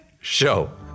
Show